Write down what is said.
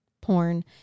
porn